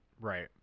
Right